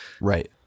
Right